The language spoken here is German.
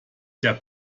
der